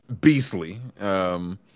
beastly